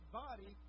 body